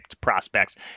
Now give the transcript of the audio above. prospects